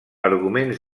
arguments